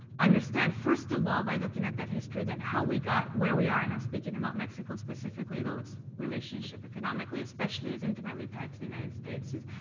understand, first of all, by looking at that history that how we got where we are and now speaking about mexico specifically, though its relationship economically especially is intimately tied to the united states